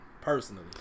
personally